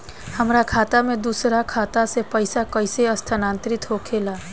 हमार खाता में दूसर खाता से पइसा कइसे स्थानांतरित होखे ला?